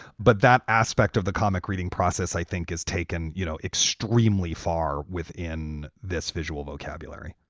but that aspect of the comic reading process, i think, has taken, you know, extremely far within this visual vocabulary